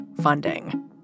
funding